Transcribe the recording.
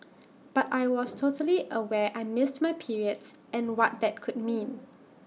but I was totally aware I missed my periods and what that could mean